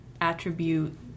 attribute